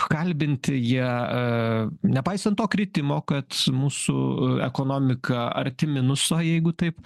kalbinti jie a nepaisant to kritimo kad mūsų ekonomika arti minuso jeigu taip